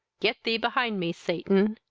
get thee behind me, satan!